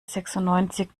sechsundneunzig